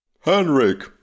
Henrik